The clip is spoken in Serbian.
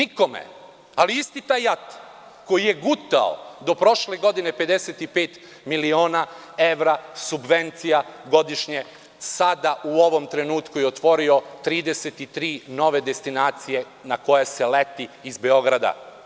Isti taj JAT koji je gutao do prošle godine 55 miliona evra subvencija godišnje, sada u ovom trenutku je otvorio 33 nove destinacije na koje se leti iz Beograda.